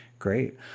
Great